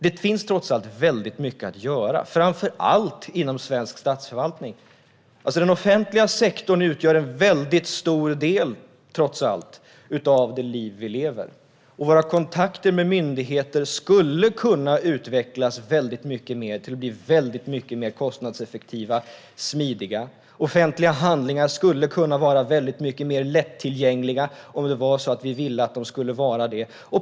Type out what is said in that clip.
Det finns trots allt väldigt mycket att göra framför allt inom svensk statsförvaltning. Den offentliga sektorn utgör trots allt en väldigt stor del av det liv vi lever. Våra kontakter med myndigheter skulle kunna utvecklas väldigt mycket mer till att bli väldigt mycket mer kostnadseffektiva och smidiga. Offentliga handlingar skulle kunna vara väldigt mycket mer lättillgängliga om det var så att vi ville att de skulle vara det.